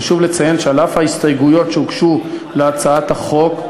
חשוב לציין שעל אף ההסתייגויות שהוגשו להצעת החוק,